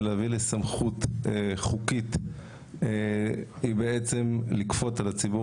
ולהביא לסמכות חוקית היא בעצם לכפות על הציבור